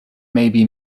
may